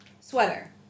sweater